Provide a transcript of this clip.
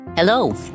Hello